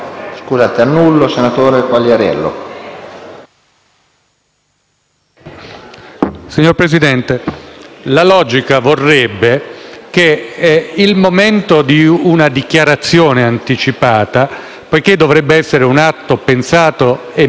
Signor Presidente, la logica vorrebbe che il momento di una dichiarazione anticipata, poiché dovrebbe essere un atto pensato e meditato, potrebbe avere anche una maggiore formalizzazione